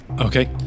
Okay